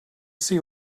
see